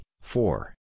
four